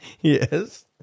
Yes